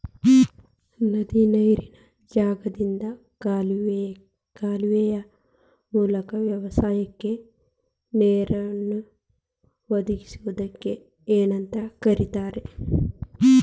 ನದಿಯ ನೇರಿನ ಜಾಗದಿಂದ ಕಾಲುವೆಯ ಮೂಲಕ ವ್ಯವಸಾಯಕ್ಕ ನೇರನ್ನು ಒದಗಿಸುವುದಕ್ಕ ಏನಂತ ಕರಿತಾರೇ?